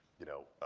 you know,